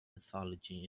mythology